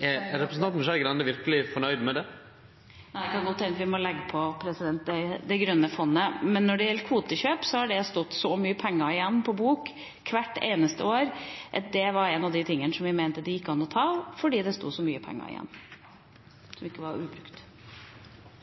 Er representanten Skei Grande verkeleg fornøgd med det? Det kan godt hende at vi må legge på Det grønne klimafondet, men når det gjelder kvotekjøp, har det stått så mye penger igjen på bok hvert eneste år at det var en av de postene vi mente det gikk an å ta av – fordi det sto så mye penger igjen.